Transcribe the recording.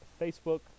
Facebook